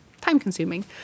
time-consuming